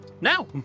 now